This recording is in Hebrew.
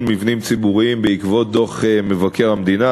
מבנים ציבוריים בעקבות דוח מבקר המדינה,